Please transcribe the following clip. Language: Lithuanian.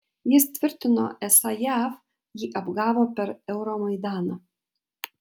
jis tvirtino esą jav jį apgavo per euromaidaną